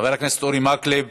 חבר הכנסת אורי מקלב,